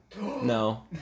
No